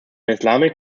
islamic